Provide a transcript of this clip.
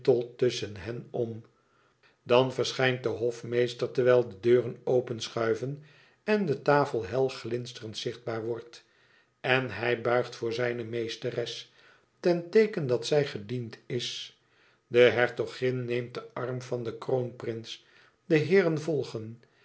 tusschen hen om dan verschijnt de hofmeester terwijl de deuren openschuiven en de tafel hel glinsterend zichtbaar wordt en hij buigt voor zijne meesteres ten teeken dat zij gediend is de hertogin neemt den arm van den kroonprins de heeren volgen